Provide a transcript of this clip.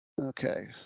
okay